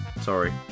sorry